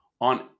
on